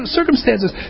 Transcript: circumstances